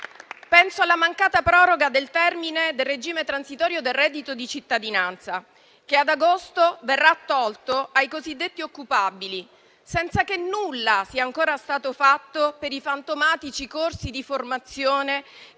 Penso alla mancata proroga del termine del regime transitorio del reddito di cittadinanza, che ad agosto verrà tolto ai cosiddetti occupabili, senza che nulla sia ancora stato fatto per i fantomatici corsi di formazione che avrebbero dovuto